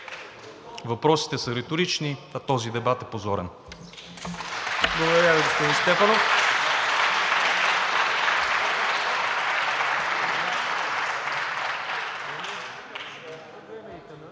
Въпросите са реторични, а този дебат е позорен.